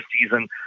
season